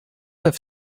have